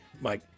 Mike